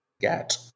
get